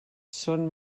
són